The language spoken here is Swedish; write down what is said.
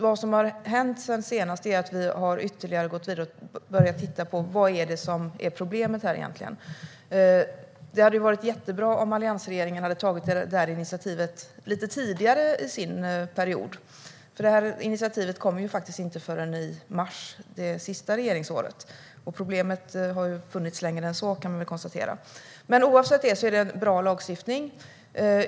Vad som har hänt sedan sist är att vi har gått vidare och börjat titta på vad som egentligen är problemet. Det hade varit jättebra om alliansregeringen hade tagit det här initiativet lite tidigare under sin period; det skedde inte förrän i mars under det sista regeringsåret. Problemet har funnits längre än så, kan vi väl konstatera. Men oavsett det är det en bra lagstiftning.